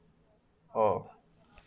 orh